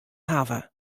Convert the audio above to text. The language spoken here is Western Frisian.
hawwe